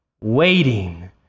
waiting